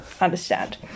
understand